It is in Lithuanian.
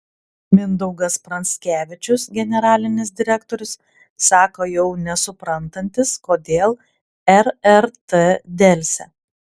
mindaugas pranskevičius generalinis direktorius sako jau nesuprantantis kodėl rrt delsia